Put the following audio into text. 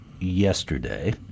yesterday